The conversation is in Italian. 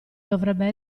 dovrebbe